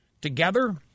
Together